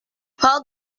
her